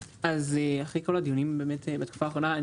אחרי כל הדיונים בתקופה הקרובה,